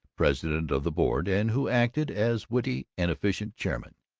president of the board and who acted as witty and efficient chairman.